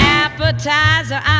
appetizer